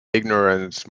ignorance